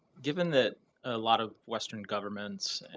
given that a lot of western governments,